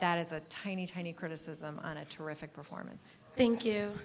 that is a tiny tiny criticism on a terrific performance thank you